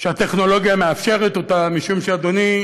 שהטכנולוגיה מאפשרת, משום שאדוני,